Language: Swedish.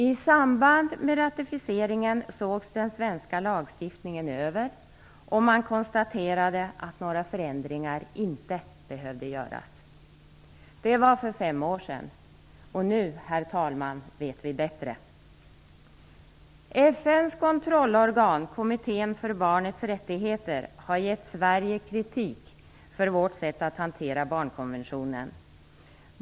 I samband med ratificeringen sågs den svenska lagstiftningen över, och man konstaterade att några förändringar inte behövde göras. Det var för fem år sedan. Nu, herr talman, vet vi bättre. FN:s kontrollorgan, Kommittén för barnets rättigheter, har givit Sverige kritik för vårt sätt att hantera barnkonventionen.